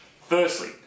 firstly